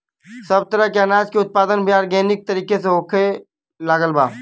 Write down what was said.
सब तरह के अनाज के उत्पादन भी आर्गेनिक तरीका से होखे लागल बा